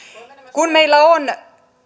meillä on